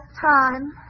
time